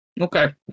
Okay